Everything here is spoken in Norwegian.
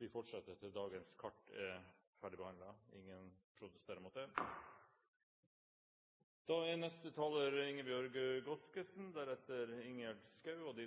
vi fortsetter til dagens kart er ferdigbehandlet. – Ingen protesterer mot det, og det anses vedtatt. De